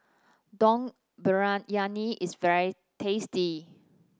Dum Briyani is very tasty